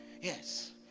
yes